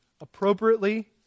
appropriately